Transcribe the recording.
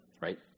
right